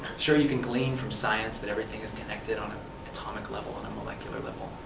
sure you can glean from science that everything is connected on an atomic level, on a molecular level,